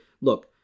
look